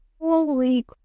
holy